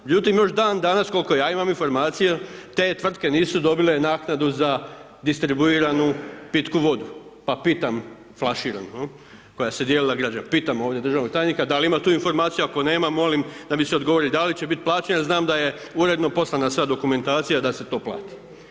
Međutim, još dan danas, koliko ja imam informacije, te tvrtke nisu dobile naknadu za distribuiranu pitku vodu, pa pitam, flaširanu koja se dijelila građanima, pitam ovdje državnog tajnika da li ima tu informaciju, ako nema, molim da mi se odgovori da li će bit plaćeno, znam da je uredno poslana sva dokumentacija da se to plati.